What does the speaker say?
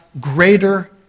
greater